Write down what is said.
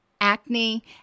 acne